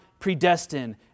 Predestined